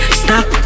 stop